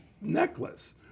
necklace